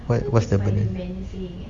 what what's the burden